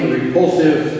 repulsive